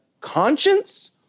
conscience